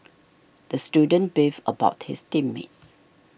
the student beefed about his team mates